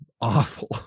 awful